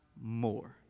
more